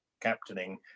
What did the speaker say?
captaining